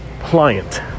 pliant